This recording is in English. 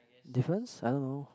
difference I don't know